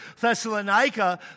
Thessalonica